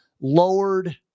lowered